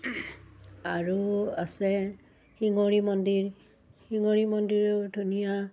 আৰু আছে শিঙৰি মন্দিৰ শিঙৰি মন্দিৰো ধুনীয়া